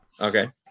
Okay